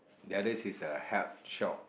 the others is a health shop